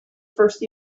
first